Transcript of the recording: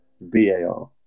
VAR